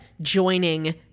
joining